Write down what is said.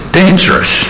dangerous